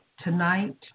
tonight